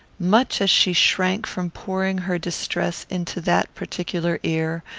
much as she shrank from pouring her distress into that particular ear,